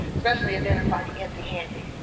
especially a dinner party, empty-handed.